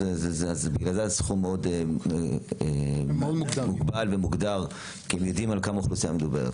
לכן הסכום מאוד מוגבל ומוגדר כי יודעים במספר האוכלוסייה בה מדובר.